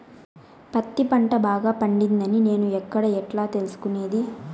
పత్తి పంట బాగా పండిందని నేను ఎక్కడ, ఎట్లా తెలుసుకునేది?